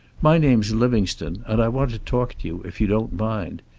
my name's livingstone, and i want to talk to you, if you don't mind.